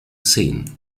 zehn